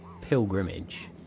pilgrimage